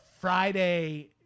Friday